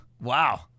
Wow